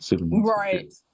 Right